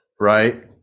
right